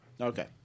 Okay